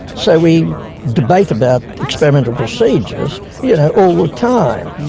so we debate about experimental procedures you know all the time,